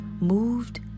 moved